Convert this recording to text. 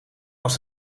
was